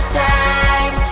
time